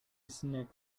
snake